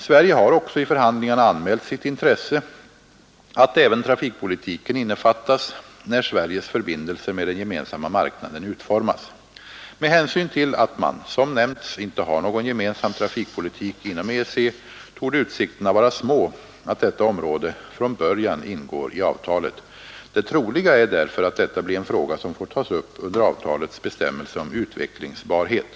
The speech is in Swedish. Sverige har också i förhandlingarna anmält sitt intresse att även trafikpolitiken innefattas, när Sveriges förbindelser med den gemensamma marknaden utformas. Med hänsyn till att man — som nämnts — inte har någon gemensam trafikpolitik inom EEC torde utsikterna vara små att detta område från början ingår i avtalet. Det - Nr 64 troliga är därför att detta blir en fråga som får tas upp under avtalets Måndagen den bestämmelse om utvecklingsbarhet.